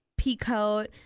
peacoat